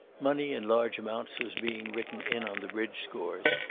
money in large amounts was being written in on the bridge scores.